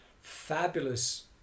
fabulous